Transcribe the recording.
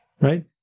right